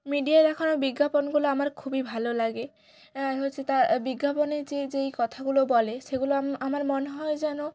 মিডিয়ায় দেখানো বিজ্ঞাপনগুলো আমার খুবই ভালো লাগে হচ্ছে তার বিজ্ঞাপনে যে যেই কথাগুলো বলে সেগুলো আমার মনে হয় যেন